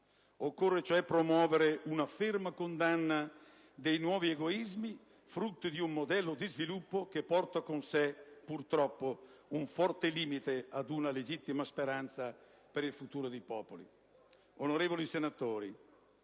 Occorre cioè promuovere una ferma condanna dei nuovi egoismi frutto di un modello di sviluppo che porta con sé purtroppo un forte limite ad una legittima speranza per il futuro dei popoli. Onorevoli senatori,